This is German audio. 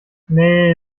nee